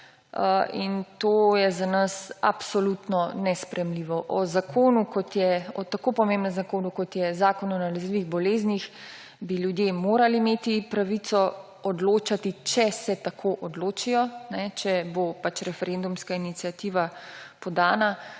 To pa je za nas absolutno nesprejemljivo. O tako pomembnem zakonu, kot je zakon o nalezljivih boleznih, bi ljudje morali imeti pravico odločati, če se tako odločijo, če bo referendumska iniciativa podana,